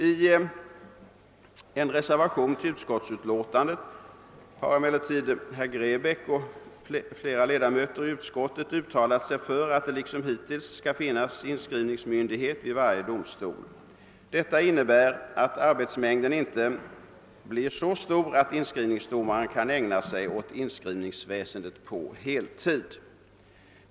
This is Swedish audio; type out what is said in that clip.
I en reservation till utskottets utlåtande har emellertid herr Grebäck m.fl. uttalat sig för att det liksom hittills skall finnas inskrivningsmyndighet vid varje domstol. Detta innebär att arbetsmängden inte blir så stor att inskrivningsdomaren kan ägna sig åt inskrivningsväsendet på heltid.